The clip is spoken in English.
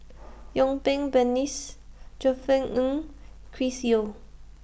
Yuen Peng Josef Ng Chris Yeo